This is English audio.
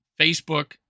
Facebook